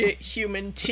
human